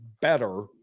better